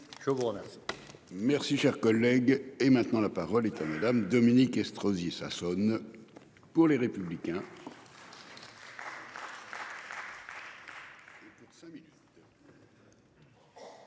Je vous remercie.